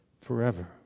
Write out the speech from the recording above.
forever